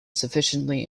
sufficiently